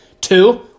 Two